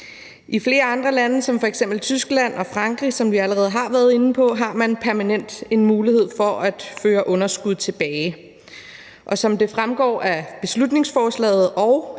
I flere andre lande som f.eks. Tyskland og Frankrig, som vi allerede har været inde på, har man permanent en mulighed for at føre underskud tilbage. Og som det fremgår af beslutningsforslaget og